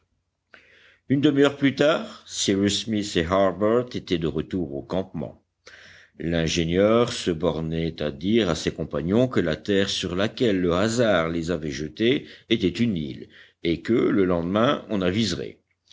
une demi-heure plus tard cyrus smith et harbert étaient de retour au campement l'ingénieur se bornait à dire à ses compagnons que la terre sur laquelle le hasard les avait jetés était une île et que le lendemain on aviserait